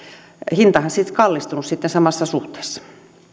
hinta kallistunut samassa suhteessa